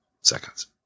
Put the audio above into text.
seconds